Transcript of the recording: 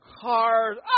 cars